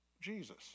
Jesus